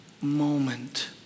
moment